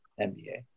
NBA